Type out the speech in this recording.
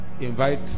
Invite